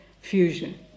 fusion